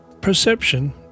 Perception